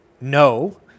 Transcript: no